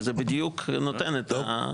זה בדיוק נותן את מה שצריך.